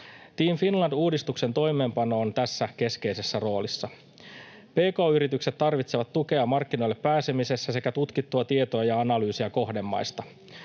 Team Finland -uudistuksen toimeenpano on tässä keskeisessä roolissa. Pk-yritykset tarvitsevat tukea markkinoille pääsemisessä sekä tutkittua tietoa ja analyysiä kohdemaista.